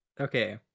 Okay